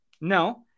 No